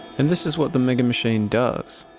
and this is what the megamachine does.